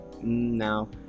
No